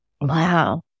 Wow